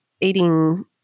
eating